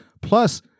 Plus